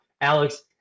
Alex